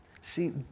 See